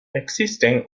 existen